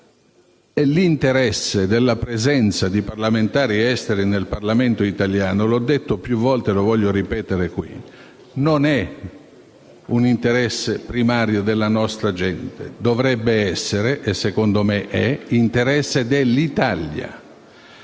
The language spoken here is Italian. all'Italia. La presenza di parlamentari esteri nel Parlamento italiano - l'ho detto più volte e lo voglio ripetere qui - non è un interesse primario della nostra gente: dovrebbe essere, e secondo me è, interesse dell'Italia.